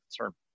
concern